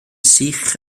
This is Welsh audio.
sych